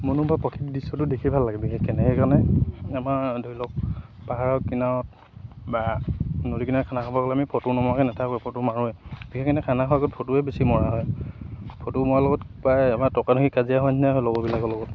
মনোমোহা প্ৰাকৃতিক দৃশ্যটো দেখি ভাল লাগে বিশেষকৈ সেইকাৰণে আমাৰ ধৰি লওক পাহাৰৰ কিনাৰত বা নদী কিনাৰত খানা খাব গ'লে আমি ফটো নমৰাকৈ নাথাকোৱে ফটো মাৰোঁৱে বিশেষকৈ খানা খোৱাতকৈ ফটোৱে বেছি মৰা হয় ফটো মৰাৰ লগত প্ৰায় আমাৰ তৰ্কা তৰ্কি কাজিয়া হোৱা নিচিনাই হয় লগৰবিলাকৰ লগত